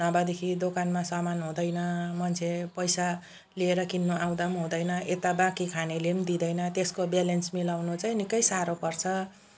नभएदेखि दोकानमा सामान हुँदैन मान्छे पैसा लिएर किन्नु आउँदा हुँदैन यता बाँकी खानेले दिँदैन त्यसको ब्यालेन्स मिलाउनु चाहिँ निकै साह्रो पर्छ